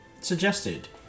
suggested